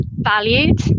valued